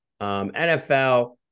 NFL